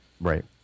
Right